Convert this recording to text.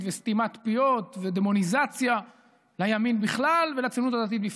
וסתימת פיות ודמוניזציה לימין בכלל ולציונות הדתית בפרט.